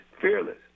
fearless